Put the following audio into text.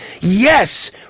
yes